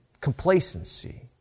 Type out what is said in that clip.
complacency